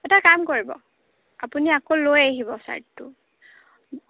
এটা কাম কৰিব আপুনি আকৌ লৈ আহিব চাৰ্টটো